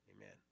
Amen